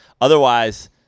Otherwise